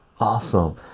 Awesome